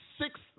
six